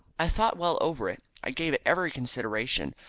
i thought well over it. i gave it every consideration.